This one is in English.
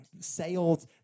sailed